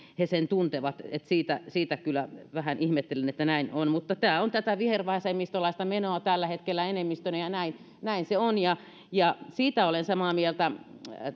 he sen tuntevat että sitä kyllä vähän ihmettelin että näin on mutta tämä on tätä vihervasemmistolaista menoa tällä hetkellä enemmistönä ja näin näin se on siitä olen samaa mieltä